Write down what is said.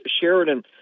Sheridan